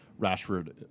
Rashford